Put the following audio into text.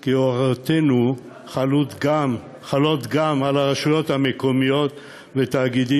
כי הוראותינו חלות גם על הרשויות המקומיות ותאגידים